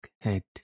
head